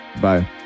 bye